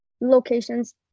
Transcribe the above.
locations